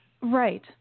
right